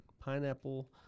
pineapple